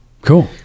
Cool